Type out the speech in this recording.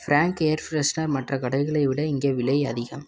Frank air freshener மற்ற கடைகளை விட இங்கே விலை அதிகம்